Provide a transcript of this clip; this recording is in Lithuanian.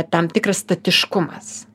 tam tikras statiškumas